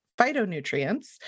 phytonutrients